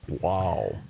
Wow